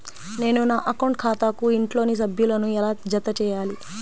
నేను నా అకౌంట్ ఖాతాకు ఇంట్లోని సభ్యులను ఎలా జతచేయాలి?